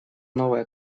новая